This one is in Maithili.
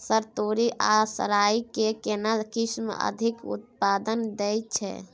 सर तोरी आ राई के केना किस्म अधिक उत्पादन दैय छैय?